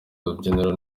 urubyiniro